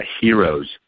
heroes